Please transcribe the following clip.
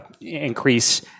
increase